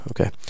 Okay